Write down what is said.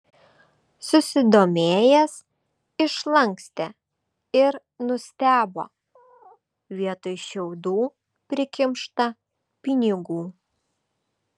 susidomėjęs išlankstė ir nustebo vietoj šiaudų prikimšta pinigų